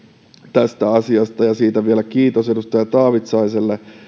tästä asiasta ja siitä vielä kiitos edustaja taavitsaiselle